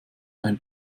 ein